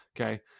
okay